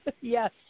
Yes